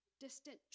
distant